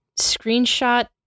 screenshot